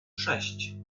sześć